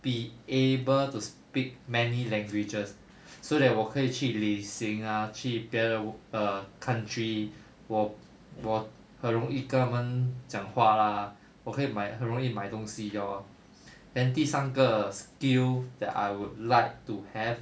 be able to speak many languages so that 我可以去旅行 ah 去别的 err country 我我很容易跟他们讲话 lah 我可以买很容易买东西 lor then 第三个 skill that I would like to have